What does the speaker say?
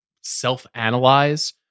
self-analyze